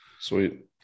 sweet